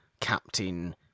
captain